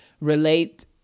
Relate